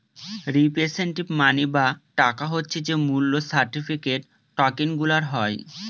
representative money বা টাকা হচ্ছে যে মূল্য সার্টিফিকেট, টকেনগুলার হয়